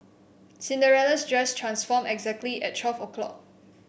Cinderella's dress transformed exactly at twelve o'clock